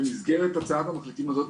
במסגרת הצעת המחליטים הזאת,